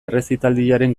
errezitaldiaren